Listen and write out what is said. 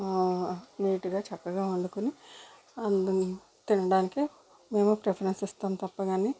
నీటుగా చక్కగా వండుకోని అందరం తినడానికి మేము ప్రిఫరెన్స్ ఇస్తాం తప్ప కానీ